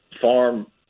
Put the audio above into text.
farm